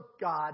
God